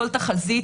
כל תחזית,